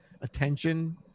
attention